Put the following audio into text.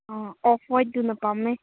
ꯑꯥ ꯑꯣꯐ ꯋꯥꯏꯠꯇꯨꯅ ꯄꯥꯝꯃꯦ